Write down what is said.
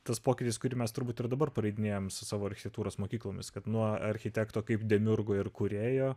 tas pokytis kurį mes turbūt ir dabar pareidinėjam su savo architektūros mokyklomis kad nuo architekto kaip demiurgo ir kūrėjo